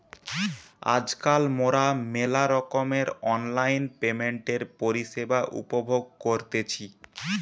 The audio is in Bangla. আজকাল মোরা মেলা রকমের অনলাইন পেমেন্টের পরিষেবা উপভোগ করতেছি